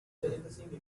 auto